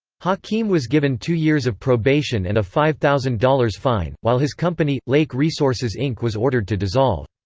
hakim was given two years of probation and a five thousand dollars fine, while his company, lake resources inc. was ordered to dissolve.